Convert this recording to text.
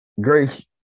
grace